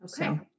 Okay